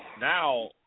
Now